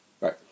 Right